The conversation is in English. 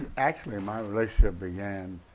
actually my relationship began,